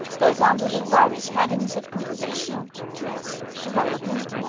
but, under the vari ous headings of composition, dress, develop ment,